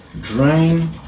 drain